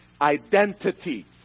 identity